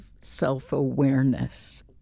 self-awareness